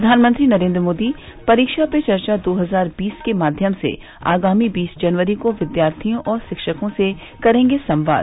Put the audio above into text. प्रधानमंत्री नरेंद्र मोदी परीक्षा पे चर्चा दो हजार बीस के माध्यम से आगामी बीस जनवरी को विद्यार्थियों और शिक्षकों से करेंगे संवाद